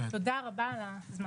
תודה רבה על הזמן.